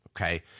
Okay